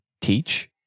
teach